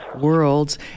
Worlds